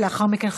ולאחר מכן,